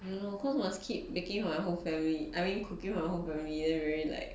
you know cause must keep baking for my whole family I mean cooking for my whole family then very like